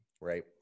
right